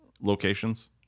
locations